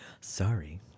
Sorry